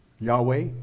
Yahweh